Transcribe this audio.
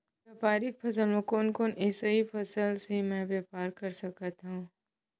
व्यापारिक फसल म कोन कोन एसई फसल से मैं व्यापार कर सकत हो?